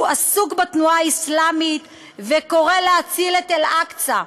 הוא עסוק בתנועה האסלאמית וקורא להציל את אל-אקצא.